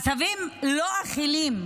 עשבים לא אכילים,